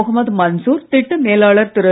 முகமது மன்சூர் திட்ட மேலாளர் திரு